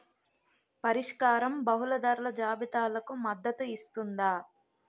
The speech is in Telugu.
పరిష్కారం బహుళ ధరల జాబితాలకు మద్దతు ఇస్తుందా?